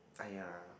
aiyah